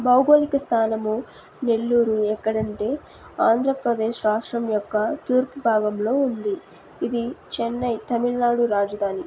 భౌగోళిక స్థానము నెల్లూరు ఎక్కడంటే ఆంధ్రప్రదేశ్ రాష్ట్రం యొక్క తూర్పు భాగంలో ఉంది ఇది చెన్నై తమిళనాడు రాజధాని